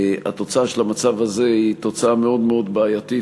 התוצאה של המצב הזה היא תוצאה מאוד מאוד בעייתית